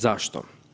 Zašto?